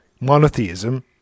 monotheism